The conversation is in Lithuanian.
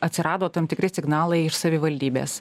atsirado tam tikri signalai iš savivaldybės